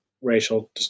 racial